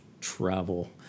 travel